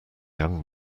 young